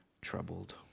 troubled